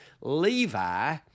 Levi